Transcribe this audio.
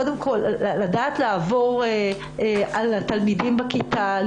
לדעת לעבור על התלמידים בכיתה,